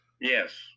Yes